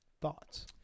Thoughts